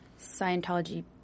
Scientology